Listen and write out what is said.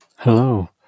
Hello